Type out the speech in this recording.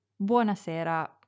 buonasera